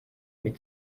mir